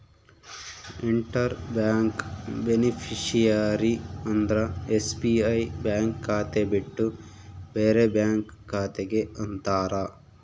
inter bank beneficiary ಅಂದ್ರ SBI bank ಖಾತೆ ಬಿಟ್ಟು ಬೇರೆ ಬ್ಯಾಂಕ್ ಖಾತೆ ಗೆ ಅಂತಾರ